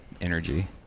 energy